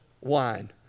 wine